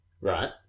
Right